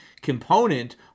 component